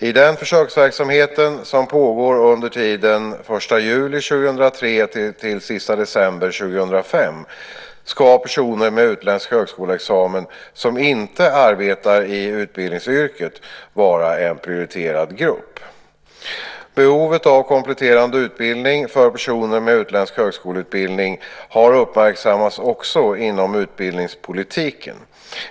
I denna försöksverksamhet - som pågår under tiden den 1 juli 2003-31 december 2005 - ska personer med utländsk högskoleexamen, som inte arbetar i utbildningsyrket, vara en prioriterad grupp. Behovet av kompletterande utbildning för personer med utländsk högskoleutbildning har uppmärksammats också inom utbildningspolitiken.